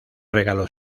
regalo